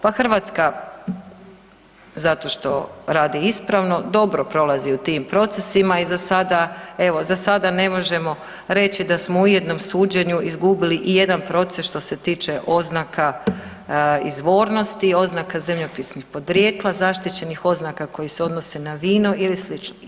Pa Hrvatska zato što radi ispravno dobro prolazi u tim procesima i za sada, evo za sada ne možemo reći da smo u ijednom suđenju izgubili ijedan proces što se tiče oznaka izvornosti, oznaka zemljopisnih podrijetla, zaštićenih oznaka koje se odnose na vino ili slično.